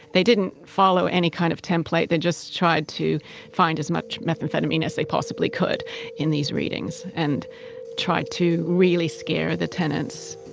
they didn't follow any kind of template they just tried to find as much methamphetamine as they possibly could in these readings and tried to really scare the tenants.